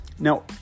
Now